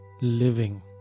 living